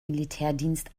militärdienst